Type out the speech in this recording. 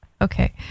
Okay